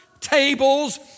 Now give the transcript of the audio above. tables